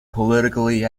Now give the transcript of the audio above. politically